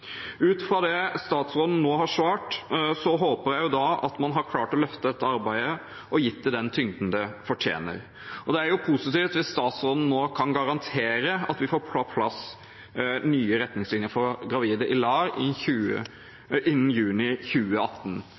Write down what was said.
Ut fra det statsråden nå har svart, håper jeg at man har klart å løfte dette arbeidet og gitt det den tyngden det fortjener. Det er positivt hvis statsråden nå kan garantere at vi får på plass nye retningslinjer for gravide i LAR innen juni 2018.